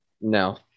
No